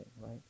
right